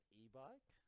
e-bike